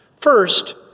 First